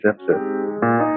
episode